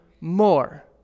more